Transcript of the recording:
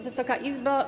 Wysoka Izbo!